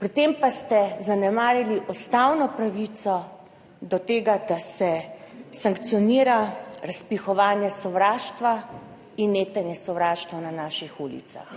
pri tem pa ste zanemarili ustavno pravico do tega, da se sankcionira razpihovanje sovraštva in netenje sovraštva na naših ulicah.